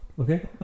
Okay